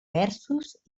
versos